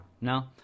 No